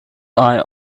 eye